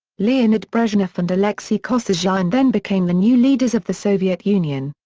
leonid brezhnev and alexei kosygin then became the new leaders of the soviet union.